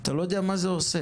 אתה לא יודע מה זה עושה.